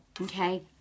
Okay